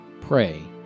pray